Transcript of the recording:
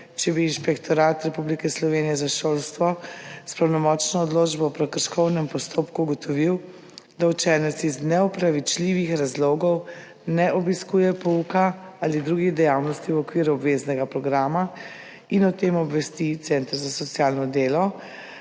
če bi Inšpektorat Republike Slovenije za šolstvo s pravnomočno odločbo v prekrškovnem postopku ugotovil, da učenec iz neopravičljivih razlogov ne obiskuje pouka ali drugih dejavnosti v okviru obveznega programa in o tem obvesti center za socialno delo,